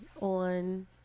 on